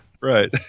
Right